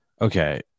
Okay